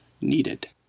needed